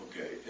Okay